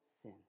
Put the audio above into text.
sin